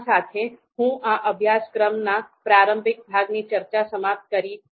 આ સાથે હું આ અભ્યાસક્રમના પ્રારંભિક ભાગની ચર્ચા સમાપ્ત કરી છે